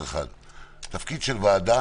התפקיד של הוועדה